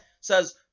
says